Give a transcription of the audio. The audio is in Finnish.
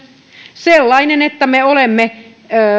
sellainen että me olemme